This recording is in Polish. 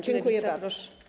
Dziękuję bardzo.